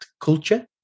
culture